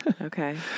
Okay